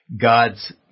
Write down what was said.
God's